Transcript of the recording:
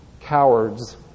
cowards